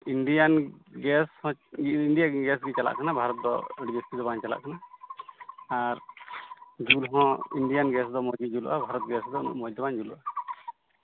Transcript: Indian gas ᱦᱚᱸ Indian gas ᱜᱮ ᱪᱟᱞᱟᱜ ᱠᱟᱱᱟ ᱵᱷᱟᱨᱚᱛ ᱫᱚ ᱟᱹᱰᱤ ᱡᱟᱹᱥᱛᱤ ᱫᱚ ᱵᱟᱝ ᱪᱟᱞᱟᱜᱜ ᱠᱟᱱᱟ ᱟᱨ ᱡᱩᱞ ᱦᱚᱸ ᱤᱱᱰᱤᱭᱟᱱ ᱜᱮᱥ ᱫᱚ ᱢᱚᱡᱽ ᱜᱮ ᱡᱩᱞᱩᱜᱼᱟ ᱵᱷᱟᱨᱚᱛ ᱜᱮᱥ ᱫᱚ ᱩᱱᱟᱹᱜ ᱢᱚᱡᱽ ᱫᱚ ᱵᱟᱝ ᱡᱩᱞᱩᱜᱼᱟ